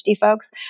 folks